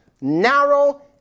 narrow